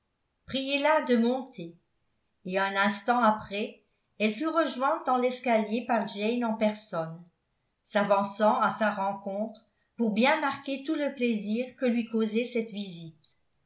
priez-la de monter et un instant après elle fut rejointe dans l'escalier par jane en personne s'avançant à sa rencontre pour bien marquer tout le plaisir que lui causait cette visite